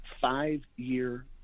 five-year